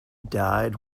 died